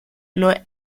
nor